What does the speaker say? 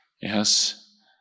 Yes